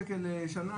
מה שאני מציע, חילופין,